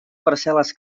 parcel·les